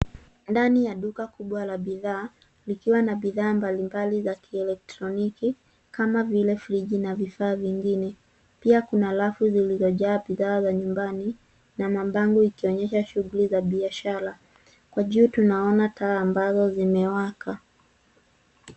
Ndani ya duka kubwa la bidhaa likiwa na bidhaa mbalimbali za kieletroniki kama vile friji na vifaa vingine. Pia kuna rafu zilizojaa bidhaa za nyumbani, na mabango ikionyesha shughuli za biashara. Kwa juu tunaona taa ambazo zimewaka.